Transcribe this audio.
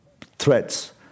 threats